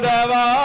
Deva